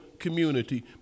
Community